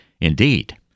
Indeed